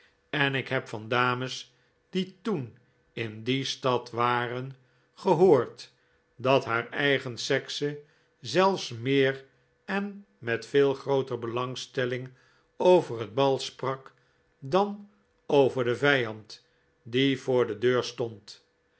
en ik heb van dames die toen in die stad waren gehoord dat haar eigen sekse zelfs meer en met veel grooter belangstelling over het bal sprak dan over den vijand die voor de deur stond